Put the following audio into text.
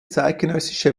zeitgenössische